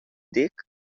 dic